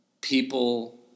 people